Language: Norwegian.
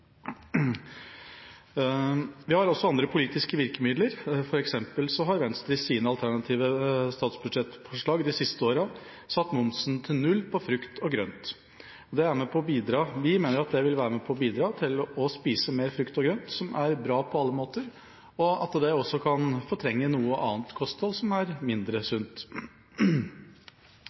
Vi har også andre politiske virkemidler. For eksempel har Venstre i sine alternative statsbudsjettforslag de siste årene satt momsen til null på frukt og grønt. Vi mener at det vil være med på å bidra til å spise mer frukt og grønt – som er bra på alle måter – og at det også kan fortrenge noe annet kosthold som er mindre sunt.